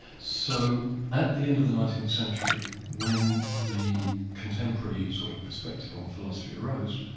so at the end of the nineteenth century when the contemporary sort of perspective on philosophy arose,